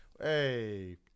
hey